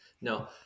No